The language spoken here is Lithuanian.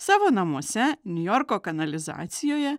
savo namuose niujorko kanalizacijoje